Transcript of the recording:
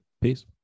Peace